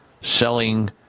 selling